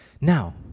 Now